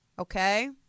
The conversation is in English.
Okay